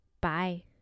Bye